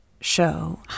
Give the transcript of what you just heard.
show